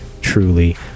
truly